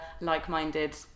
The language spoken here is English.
like-minded